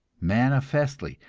manifestly,